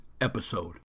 episode